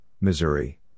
Missouri